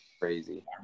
crazy